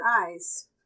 eyes